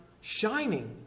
shining